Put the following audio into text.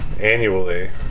annually